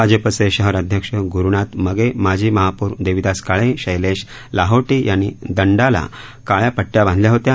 भाजपचे शहर अध्यक्ष ग्रुनाथ मगे माजी उपमहापौर देवीदास काळे शब्रेश लाहोटी यांनी दंडाला काळ्या पट्या बांधल्या होत्या